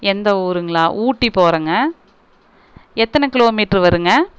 எந்த ஊருங்களா ஊட்டி போகிறோங்க எத்தனை கிலோமீட்ரு வருங்க